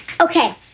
Okay